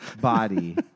body